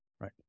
Right